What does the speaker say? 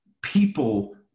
people